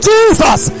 Jesus